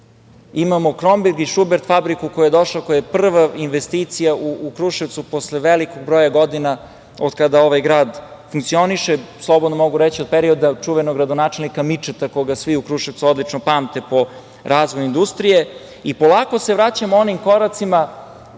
imamo „Kromberg“ i „Šubert“ fabriku koja je došla, koja je prva investicija u Kruševcu posle velikog broja godina od kada ovaj grad funkcioniše, a slobodno mogu reći od perioda čuvenog gradonačelnika Mičeta koga svi u Kruševcu odlično pamte po razvoju industrije. Polako se vraćamo onim koracima